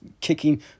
kicking